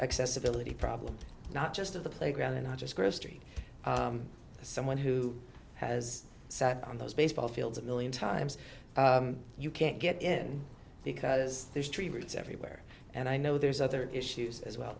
accessibility problem not just of the playground and not just grocery someone who has sat on those baseball fields a million times you can't get in because there's tree roots everywhere and i know there's other issues as well